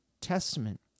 Testament